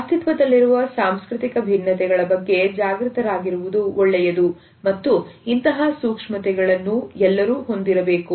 ಅಸ್ತಿತ್ವದಲ್ಲಿರುವ ಸಾಂಸ್ಕೃತಿಕ ಭಿನ್ನತೆಗಳು ಬಗ್ಗೆ ಜಾಗೃತರಾಗಿ ಇರುವುದು ಒಳ್ಳೆಯದು ಮತ್ತು ಇಂತಹ ಸೂಕ್ಷ್ಮತೆಗಳನ್ನು ಎಲ್ಲರೂ ಹೊಂದಿರಬೇಕು